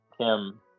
Tim